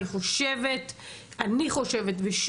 אני חושבת ושוב,